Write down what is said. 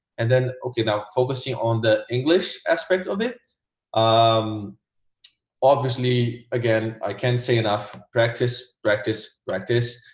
and then okay now focusing on the english aspect of it um obviously, again i can't say enough practice, practice, practice.